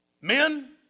Men